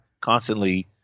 constantly